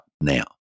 now